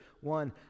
one